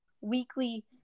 weekly